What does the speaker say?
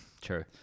True